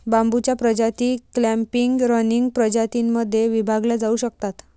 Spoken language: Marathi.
बांबूच्या प्रजाती क्लॅम्पिंग, रनिंग प्रजातीं मध्ये विभागल्या जाऊ शकतात